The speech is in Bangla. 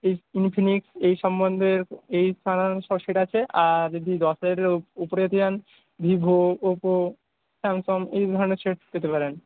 ইন ইনফিনিক্স এই সম্বন্ধের এই ছাড়া সব সেট আছে আর যদি দশের উপরে যেতে চান ভিভো ওপো স্যামসাং এই ধরনের সেট পেতে পারেন